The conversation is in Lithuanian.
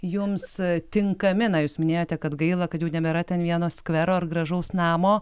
jums tinkami na jūs minėjote kad gaila kad jau nebėra ten vieno skvero ar gražaus namo